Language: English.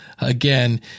again